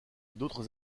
d’autres